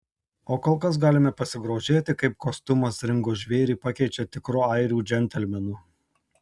o kol kas galime pasigrožėti kaip kostiumas ringo žvėrį pakeičia tikru airių džentelmenu